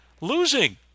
losing